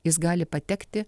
jis gali patekti